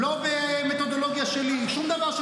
דוידסון, אתה